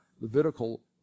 Levitical